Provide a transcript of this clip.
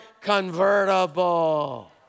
convertible